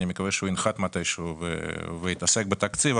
אני מקווה שהוא ינחת מתישהו ויתעסק בתקציב,